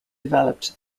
developed